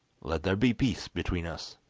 let there be peace between us